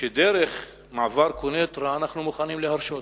שדרך מעבר קוניטרה אנחנו מוכנים להרשות,